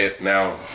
Now